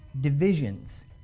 divisions